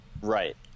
Right